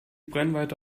brennweite